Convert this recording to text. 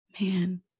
man